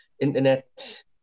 internet